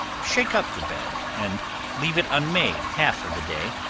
shake up the bed, and leave it unmade half of the day,